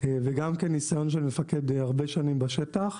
וגם כן ניסיון של מפקד הרבה שנים בשטח,